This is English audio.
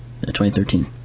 2013